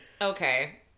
Okay